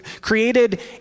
created